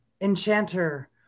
enchanter